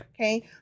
Okay